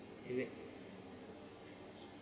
wait wait